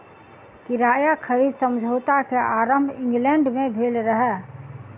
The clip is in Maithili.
किराया खरीद समझौता के आरम्भ इंग्लैंड में भेल रहे